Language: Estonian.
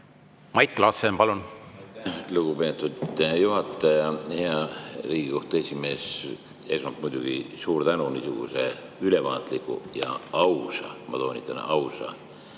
Mait Klaassen, palun! Lugupeetud juhataja! Hea Riigikohtu esimees! Esmalt muidugi suur tänu niisuguse ülevaatliku ja ausa – ma toonitan: ausa